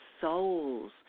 souls